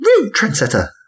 trendsetter